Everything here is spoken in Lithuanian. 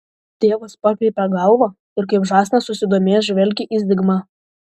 tėvas pakreipia galvą ir kaip žąsinas susidomėjęs žvelgia į zigmą